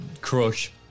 Crush